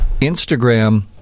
Instagram